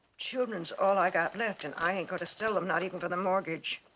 children's all i got left. and i ain't gonna sell them, not even for the mortgage.